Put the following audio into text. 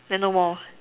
then no more